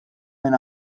minn